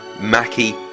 Mackie